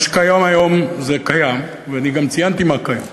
מה שקיים היום קיים, וגם ציינתי מה קיים.